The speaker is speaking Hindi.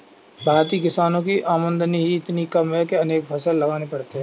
भारतीय किसानों की आमदनी ही इतनी कम है कि अनेक फसल लगाने पड़ते हैं